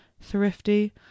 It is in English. thrifty